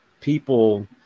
people